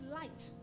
light